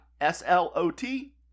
s-l-o-t